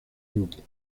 group